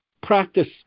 practice